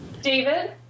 David